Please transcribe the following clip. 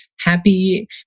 happy